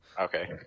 Okay